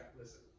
listen